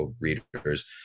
readers